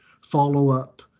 follow-up